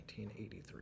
1983